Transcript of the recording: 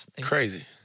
Crazy